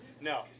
no